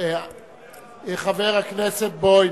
חבר הכנסת בוים,